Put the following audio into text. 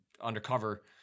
undercover